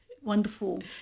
wonderful